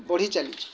ବଢ଼ି ଚାଲିଛି